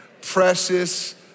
precious